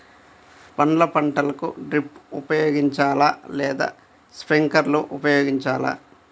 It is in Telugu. పండ్ల పంటలకు డ్రిప్ ఉపయోగించాలా లేదా స్ప్రింక్లర్ ఉపయోగించాలా?